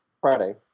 Friday